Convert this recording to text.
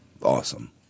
Awesome